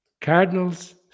Cardinals